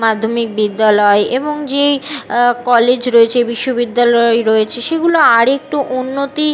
মাধ্যমিক বিদ্যালয় এবং যে কলেজ রয়েছে বিশ্ববিদ্যালয় রয়েছে সেগুলো আরেকটু উন্নতি